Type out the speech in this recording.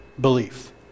belief